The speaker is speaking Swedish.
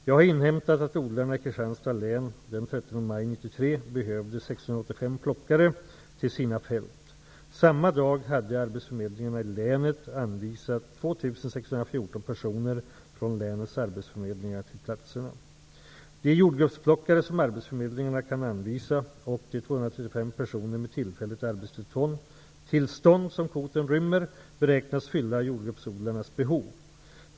Jag har inhämtat att odlarna i Kristianstads län den De jordgubbsplockare som arbetsförmedlingarna kan anvisa och de 235 personer med tillfälligt arbetstillstånd som kvoten rymmer, beräknas fylla jordgubbsodlarnas behov.